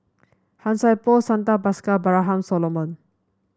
Han Sai Por Santha Bhaskar Abraham Solomon